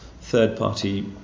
third-party